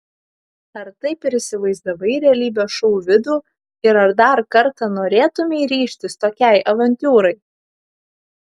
ar taip ir įsivaizdavai realybės šou vidų ir ar dar kartą norėtumei ryžtis tokiai avantiūrai